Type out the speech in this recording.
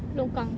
longkang